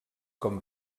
com